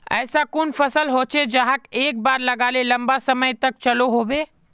ऐसा कुन कुन फसल होचे जहाक एक बार लगाले लंबा समय तक चलो होबे?